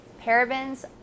parabens